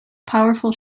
powerful